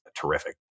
Terrific